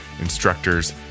instructors